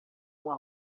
uma